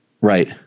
right